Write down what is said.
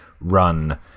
run